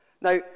Now